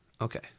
Okay